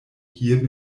hier